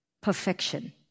perfection